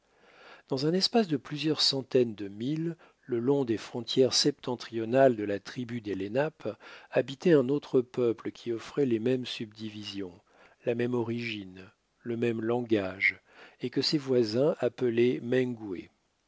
dans un espace de plusieurs centaines de milles le long des frontières septentrionales de la tribu des lenapes habitait un autre peuple qui offrait les mêmes subdivisions la même origine le même langage et que ses voisins appelaient